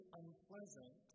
unpleasant